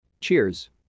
Cheers